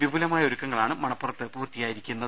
വിപുലമായ ഒരുക്കങ്ങളാണ് മണപ്പുറത്ത് പൂർത്തിയായിരിക്കുന്നത്